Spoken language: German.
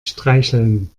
streicheln